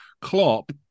Klopp